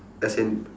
as in